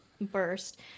burst